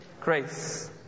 grace